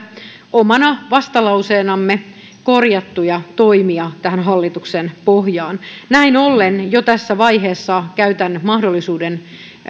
omana vastalauseenamme korjattuja toimia tähän hallituksen pohjaan näin ollen jo tässä vaiheessa käytän mahdollisuuden